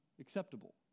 acceptable